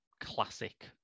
classic